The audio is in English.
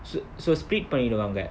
so so speed பண்ணிருவாங்க:panniruvaanga